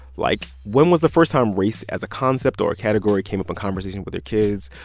like, when was the first time race as a concept or a category came up in conversation with your kids?